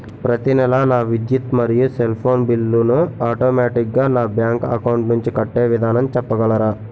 ప్రతి నెల నా విద్యుత్ మరియు సెల్ ఫోన్ బిల్లు ను ఆటోమేటిక్ గా నా బ్యాంక్ అకౌంట్ నుంచి కట్టే విధానం చెప్పగలరా?